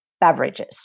beverages